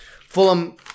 Fulham